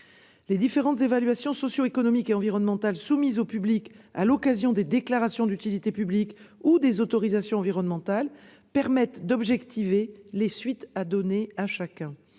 Les différentes évaluations socio-économiques et environnementales soumises au public à l'occasion des déclarations d'utilité publique ou des autorisations environnementales permettent d'objectiver les suites à donner à chacun.